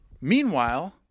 Meanwhile